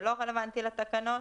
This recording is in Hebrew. שלא רלוונטי לתקנות.